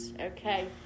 Okay